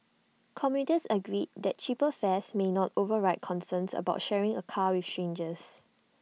commuters agreed that cheaper fares might not override concerns about sharing A car with strangers